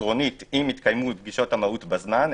אם התקיימו פגישות המהו"ת בזמן,